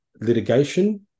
litigation